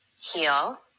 heal